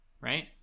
right